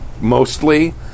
Mostly